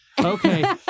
Okay